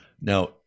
Now